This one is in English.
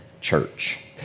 church